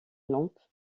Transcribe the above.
lampe